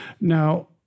Now